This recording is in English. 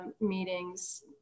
meetings